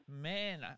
man